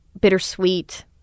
bittersweet